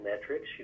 metrics